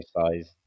size